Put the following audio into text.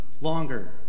longer